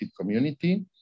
community